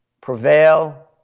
prevail